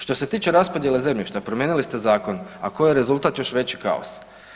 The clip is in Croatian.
Što se tiče raspodjele zemljišta, promijenili ste zakon, a koji je rezultat, još veći kaos.